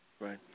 Right